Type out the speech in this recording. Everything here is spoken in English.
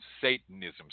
Satanism